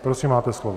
Prosím, máte slovo.